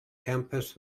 campus